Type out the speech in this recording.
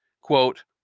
Quote